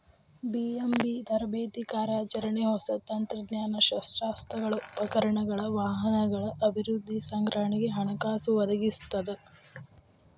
BMB ತರಬೇತಿ ಕಾರ್ಯಾಚರಣೆ ಹೊಸ ತಂತ್ರಜ್ಞಾನ ಶಸ್ತ್ರಾಸ್ತ್ರಗಳ ಉಪಕರಣಗಳ ವಾಹನಗಳ ಅಭಿವೃದ್ಧಿ ಸಂಗ್ರಹಣೆಗೆ ಹಣಕಾಸು ಒದಗಿಸ್ತದ